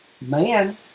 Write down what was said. Man